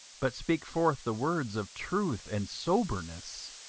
but speak forth the words of truth and soberness.